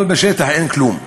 אבל בשטח אין כלום.